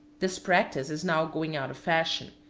this practice is now going out of fashion.